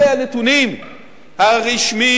אלה הנתונים הרשמיים.